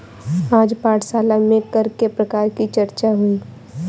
आज पाठशाला में कर के प्रकार की चर्चा हुई